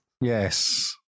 yes